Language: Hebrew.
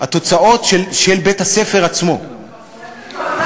התוצאות של בית-הספר עצמו,